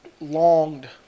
longed